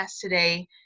today